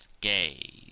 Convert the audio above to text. gay